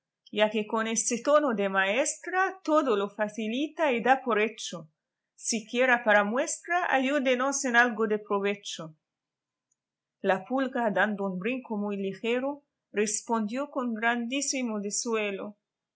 ya que con ese tono de maestra todo lo facilita y da por hecho siquiera para muestra ayúdenos en algo de provecho la pulga dando un brinco muy ligera respondió con grandísimo desuello